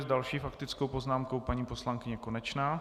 S další faktickou poznámkou paní poslankyně Konečná.